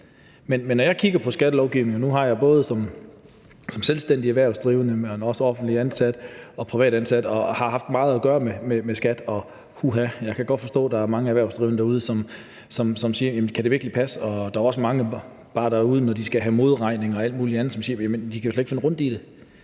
det. Når jeg kigger på skattelovgivningen, og nu har jeg både som selvstændig erhvervsdrivende og offentligt ansat og privatansat haft meget at gøre med skattemyndighederne, kan jeg godt forstå, at der er mange erhvervsdrivende derude, som siger: Kan det virkelig passe? Der er også mange derude, som, når de bare skal have modregning og alt muligt andet, siger, at de slet ikke kan finde rundt i det.